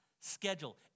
schedule